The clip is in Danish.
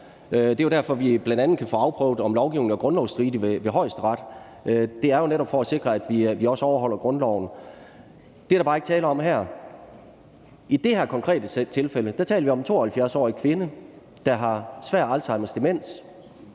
bl.a. derfor, vi kan få afprøvet ved Højesteret, om lovgivningen er grundlovsstridig. Det er jo netop for at sikre, at vi også overholder grundloven. Det er der bare ikke tale om her. I det her konkrete tilfælde taler vi om en 72-årig kvinde, der har svær Alzheimers demens,